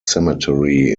cemetery